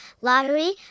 lottery